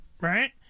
right